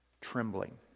Trembling